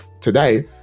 today